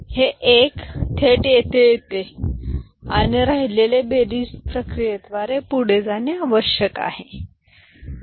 तर हे 1 थेट येथे येते आणि राहिलेले बेरीज प्रक्रियेद्वारे पुढे जाणे आवश्यक आहे